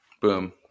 Boom